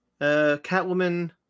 catwoman